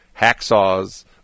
hacksaws